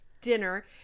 dinner